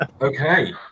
Okay